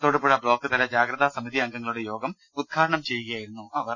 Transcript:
തൊടുപുഴ ബ്ലോക്ക്തല ജാഗ്രതാ സമിതിയംഗങ്ങളുടെ യോഗം ഉദ്ഘാട്ടനം ചെയ്യുകയായിരുന്നു അവർ